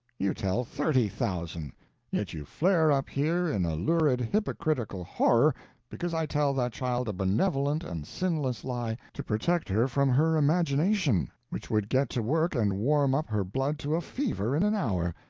you tell thirty thousand yet you flare up here in a lurid hypocritical horror because i tell that child a benevolent and sinless lie to protect her from her imagination, which would get to work and warm up her blood to a fever in an hour,